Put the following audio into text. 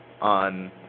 on